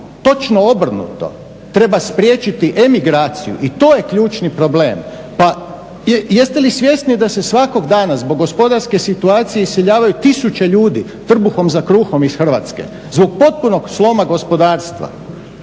Točno obrnuto, treba spriječiti emigraciju i to je ključni problem. Pa jeste li svjesni da se svakog dana zbog gospodarske situacije iseljavaju tisuće ljudi trbuhom za kruhom ih Hrvatske zbog potpunog sloma gospodarstva.